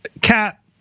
Cat